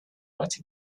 ride